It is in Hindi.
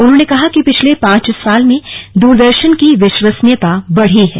उन्होंने कहा कि पिछले पांच साल में दूरदर्शन की विश्वसनीयता बढ़ी है